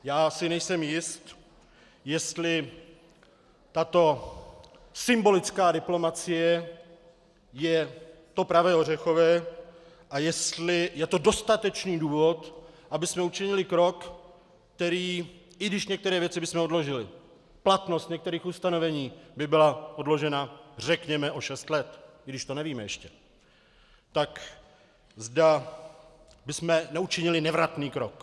Já si nejsem jist, jestli tato symbolická diplomacie je to pravé ořechové a jestli je to dostatečný důvod, abychom učinili krok, který i když některé věci bychom odložili, platnost některých ustanovení by byla odložena řekněme o šest let, i když to nevíme ještě tak zda bychom neučinili nevratný krok.